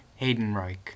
Haydenreich